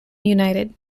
united